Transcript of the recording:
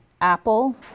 Apple